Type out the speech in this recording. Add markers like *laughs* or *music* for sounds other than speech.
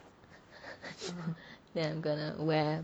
*laughs* then I'm gonna wear